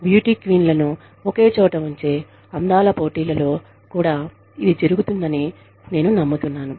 beauty queen లను ఒకే చోట ఉంచే అందాల పోటీలలో కూడా ఇది జరుగుతుందని నేను నమ్ముతున్నాను